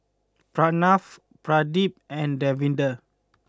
Pranav Pradip and Davinder